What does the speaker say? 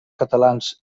catalans